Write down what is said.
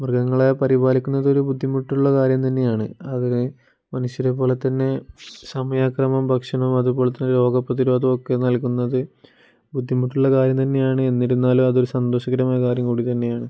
മൃഗങ്ങളെ പരിപാലിക്കുന്നതൊരു ബുദ്ധിമുട്ടുള്ള കാര്യം തന്നെയാണ് അതിനെ മനുഷ്യരെപ്പോലെത്തന്നെ സമയാക്രമം ഭക്ഷണവും അതുപോലെത്തന്നെ രോഗപ്രതിരോധവുമൊക്കെ നൽകുന്നത് ബുദ്ധിമുട്ടുള്ള കാര്യം തന്നെയാണ് എന്നിരുന്നാലും അതൊരു സന്തോഷകരമായ കാര്യം കൂടി തന്നെയാണ്